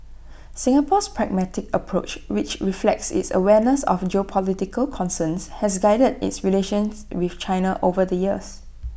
Singapore's pragmatic approach which reflects its awareness of geopolitical concerns has guided its relations with China over the years